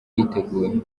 yiteguye